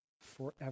forever